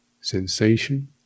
sensation